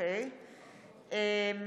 (קוראת בשמות חברי הכנסת) אורנה ברביבאי,